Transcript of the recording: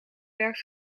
werk